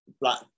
black